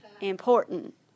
important